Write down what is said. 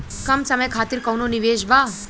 कम समय खातिर कौनो निवेश बा?